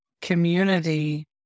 community